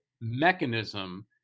mechanism